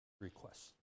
requests